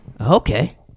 Okay